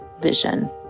vision